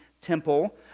Temple